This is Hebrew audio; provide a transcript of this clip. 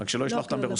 רק שלא ישלח אותם ברוסית.